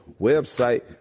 website